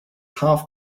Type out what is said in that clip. half